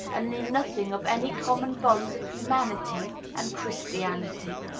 and knew nothing of any common bonds of humanity and christianity.